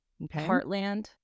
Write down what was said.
Heartland